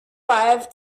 five